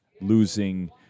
losing